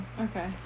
okay